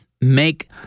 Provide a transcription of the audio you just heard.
make